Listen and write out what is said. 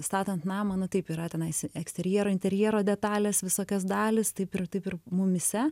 statant namą na taip yra tenais eksterjero interjero detalės visokios dalys taip ir taip ir mumyse